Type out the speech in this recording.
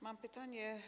Mam pytanie.